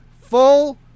full